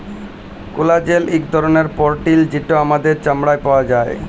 collagen ইক ধরলের পরটিল যেট আমাদের চামড়ায় পাউয়া যায়